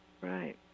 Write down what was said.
Right